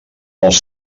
els